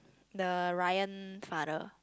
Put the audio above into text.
the Ryan father